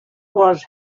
was